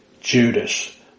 Judas